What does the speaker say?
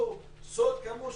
זה לא כאילו סוד כמוס,